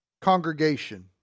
congregation